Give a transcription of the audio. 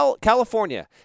California